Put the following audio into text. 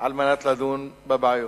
על מנת לדון בבעיות.